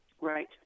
Right